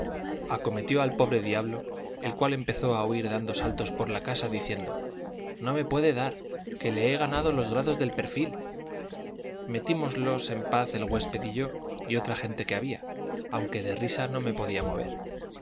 pedazos acometió al pobre diablo el cual empezó a huir dando saltos por la casa diciendo no me puede dar que le he ganado los grados del perfil metímoslos en paz el huésped y yo y otra gente que había aunque de risa no me podía mover